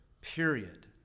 period